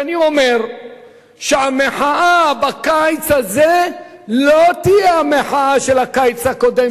שאני אומר שהמחאה בקיץ הזה לא תהיה המחאה של הקיץ הקודם,